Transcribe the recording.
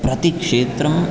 प्रतिक्षेत्रं